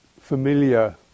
familiar